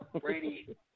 Brady